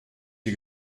die